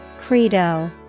Credo